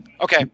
okay